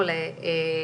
תקין,